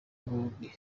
hombi